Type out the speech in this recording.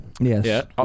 Yes